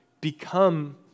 become